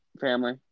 family